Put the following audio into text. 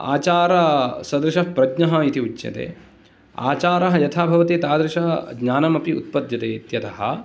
आचारसदृशप्रज्ञः इति उच्यते आचारः यथा भवति तादृश ज्ञानमपि उत्पद्यते इत्यतः